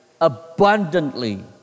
abundantly